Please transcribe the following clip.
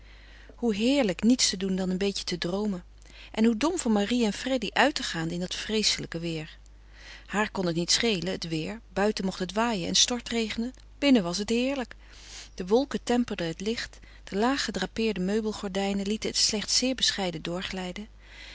hoe heerlijk niets te doen dan een beetje te droomen en hoe dom van marie en freddy uit te gaan in dat vreeselijke weêr haar kon het niet schelen het weêr buiten mocht het waaien en stortregenen binnen was het heerlijk de wolken temperden het licht de laag gedrapeerde meubelgordijnen lieten het slechts zeer bescheiden doorglijden